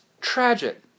tragic